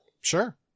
Sure